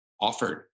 Offered